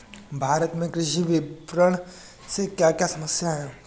भारत में कृषि विपणन से क्या क्या समस्या हैं?